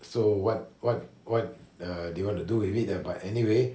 so what what what uh do you want to do with it uh but anyway